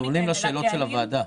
אנחנו עונים לשאלות של הוועדה.